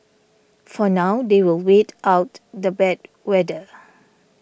for now they will wait out the bad weather